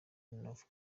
north